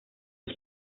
was